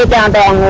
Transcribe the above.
ah baa baa